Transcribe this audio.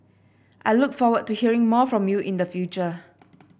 I look forward to hearing more from you in the future